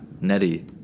Netty